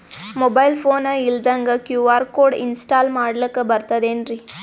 Mobile phone ಇಲ್ದಂಗ QR code install ಮಾಡ್ಲಕ ಬರ್ತದೇನ್ರಿ?